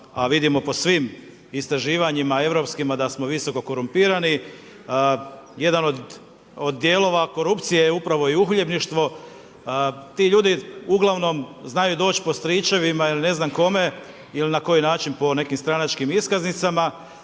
a vidimo po svim istraživanjima europskima da smo visoko korumpirani. Jedan od dijelova korupcije je upravo i uhljebništvo, ti ljudi uglavnom znaju doć po stričevima ili ne znam kome ili na koji način po nekim stranačkim iskaznicama,